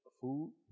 food